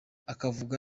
akavuga